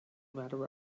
ladder